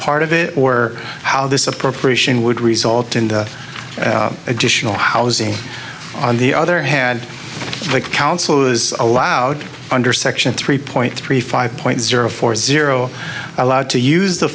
part of it or how this appropriation would result in the additional housing on the other hand the council has allowed under section three point three five point zero four zero allowed to use the